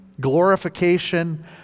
glorification